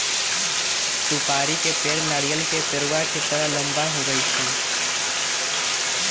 सुपारी के पेड़ नारियल के पेड़वा के तरह लंबा होबा हई